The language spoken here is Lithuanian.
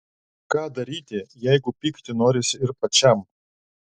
ką daryti jeigu pykti norisi ir pačiam